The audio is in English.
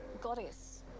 goddess